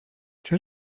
چرا